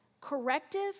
corrective